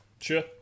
Sure